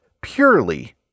purely